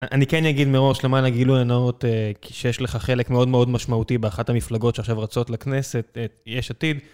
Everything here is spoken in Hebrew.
אני כן אגיד מראש למעלה גילוי נאות, שיש לך חלק מאוד מאוד משמעותי באחת המפלגות שעכשיו רצות לכנסת, "יש עתיד".